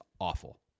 awful